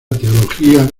teología